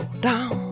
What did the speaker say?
down